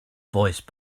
voice